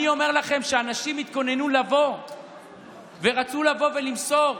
ואני אומר לכם שאנשים התכוננו לבוא ורצו לבוא ולמסור,